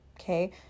okay